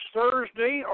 Thursday